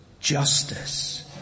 justice